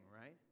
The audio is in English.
right